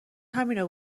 همینو